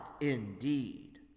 indeed